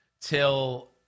till